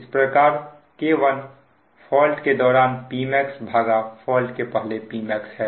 इस प्रकार K1 fault के दौरान Pmax भागा फॉल्ट के पहले Pmax है